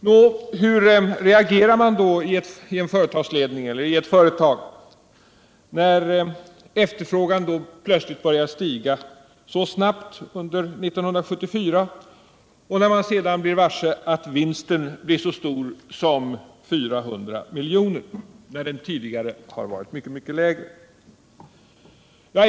Nå, hur reagerar man då i ett företag när efterfrågan plötsligt börjar stiga så snabbt som under 1974 och när man sedan blir varse att vinsten blir så stor som 400 milj.kr. när den tidigare har varit mycket lägre?